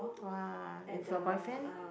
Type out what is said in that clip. !wah! with your boyfriend